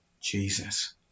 Jesus